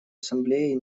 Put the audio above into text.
ассамблеей